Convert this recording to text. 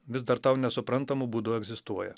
vis dar tau nesuprantamu būdu egzistuoja